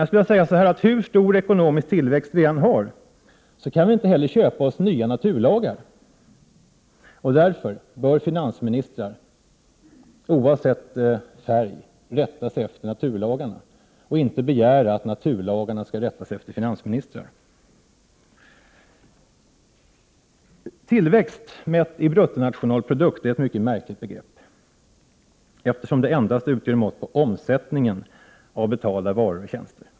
Jag skulle vilja säga så här: Hur stor ekonomisk tillväxt vi än har, kan vi inte heller köpa oss nya naturlagar. Därför bör finansministrar, oavsett färg, rätta sig efter naturlagarna och inte begära att naturlagarna skall rätta sig efter finansministrar. Tillväxt mätt i bruttonationalprodukt är ett mycket märkligt begrepp, eftersom det endast utgör mått på omsättningen av betalda varor och tjänster.